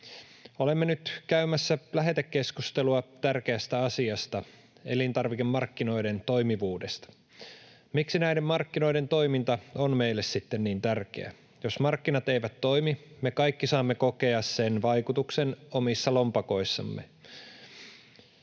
Olemme nyt käymässä lähetekeskustelua tärkeästä asiasta, elintarvikemarkkinoiden toimivuudesta. Miksi näiden markkinoiden toiminta on meille sitten niin tärkeää? Jos markkinat eivät toimi, me kaikki saamme kokea sen vaikutuksen omissa lompakoissamme